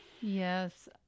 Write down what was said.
Yes